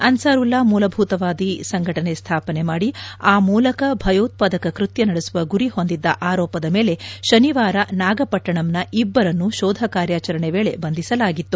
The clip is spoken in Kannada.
ಅನ್ಸಾರುಲ್ಲಾ ಮೂಲಭೂತವಾದಿ ಸಂಘಟನೆ ಸ್ವಾಪನೆ ಮಾದಿ ಆ ಮೂಲಕ ಭಯೋತ್ಪಾದಕ ಕೃತ್ಯ ನಡೆಸುವ ಗುರಿ ಹೊಂದಿದ್ದ ಆರೋಪದ ಮೇಲೆ ಶನಿವಾರ ನಾಗಪಟ್ಸಣಂನ ಇಬ್ಬರನ್ನು ಶೋಧ ಕಾರ್ಯಾಚರಣೆ ವೇಳಿ ಬಂಧಿಸಲಾಗಿತ್ತು